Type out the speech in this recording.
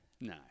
No